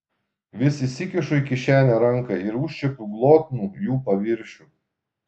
vis įsikišu į kišenę ranką ir užčiuopiu glotnų jų paviršių